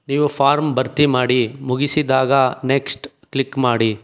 ನೀವು ಫಾರ್ಮ್ ಭರ್ತಿ ಮಾಡಿ ಮುಗಿಸಿದಾಗ ನೆಕ್ಸ್ಟ್ ಕ್ಲಿಕ್ ಮಾಡಿ